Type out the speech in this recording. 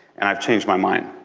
and i've changed my mind.